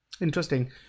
Interesting